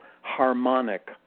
harmonic